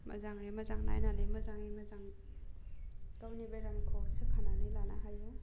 मोजाङै मोजां नायनानै मोजाङै मोजां गावनि बेरामखौ सोखानानै लानो हायो